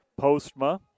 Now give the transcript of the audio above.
Postma